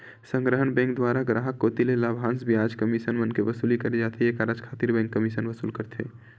संग्रहन बेंक दुवारा गराहक कोती ले लाभांस, बियाज, कमीसन मन के वसूली करे जाथे ये कारज खातिर बेंक कमीसन वसूल करथे